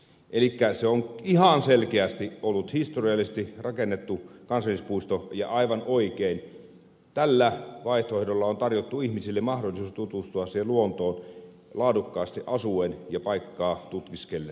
elikkä se on ihan selkeästi ollut historiallisesti rakennettu kansallispuisto ja aivan oikein tällä vaihtoehdolla on tarjottu ihmisille mahdollisuus tutustua sen luontoon laadukkaasti asuen ja paikkaa tutkiskellen